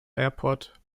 airport